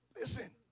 Listen